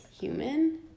human